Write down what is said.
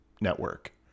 network